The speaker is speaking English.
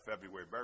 february